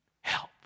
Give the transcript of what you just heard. Help